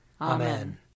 Amen